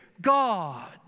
God